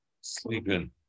Sleeping